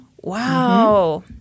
Wow